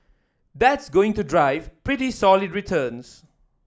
that's going to drive pretty solid returns